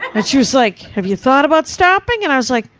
and she was like, have you thought about stopping? and i was like,